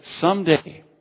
someday